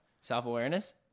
Self-awareness